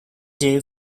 day